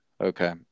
okay